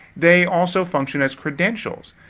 they also function as credentia ls.